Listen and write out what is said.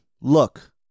look